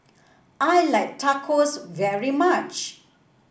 I like Tacos very much